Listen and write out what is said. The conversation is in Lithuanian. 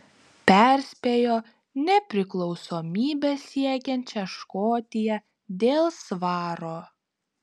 perspėjo nepriklausomybės siekiančią škotiją dėl svaro